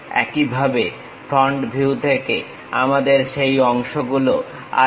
একইভাবে front view থেকে আমাদের সেই অংশগুলো আছে